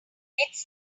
it’s